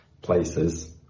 places